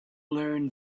learn